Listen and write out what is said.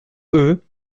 eux